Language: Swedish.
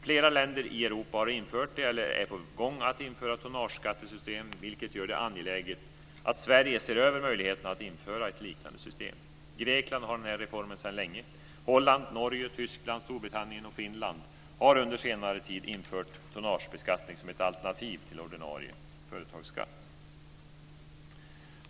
Flera länder i Europa har infört eller är på gång att införa tonnageskattesystem, vilket gör det angeläget att Sverige ser över möjligheterna att införa ett liknande system. Grekland har denna skatteform sedan länge, och Holland, Norge, Tyskland, Storbritannien och Finland har under senare tid infört tonnagebeskattning som ett alternativ till ordinarie företagsskatt.